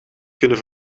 kunnen